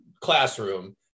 classroom